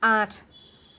আঠ